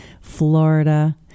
florida